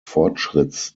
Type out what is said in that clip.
fortschritts